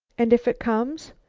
and if it comes?